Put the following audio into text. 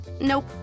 Nope